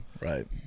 Right